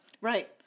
Right